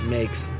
makes